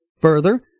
Further